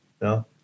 No